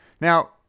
now